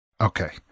Okay